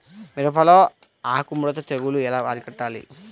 మిరపలో ఆకు ముడత తెగులు ఎలా అరికట్టాలి?